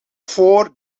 voor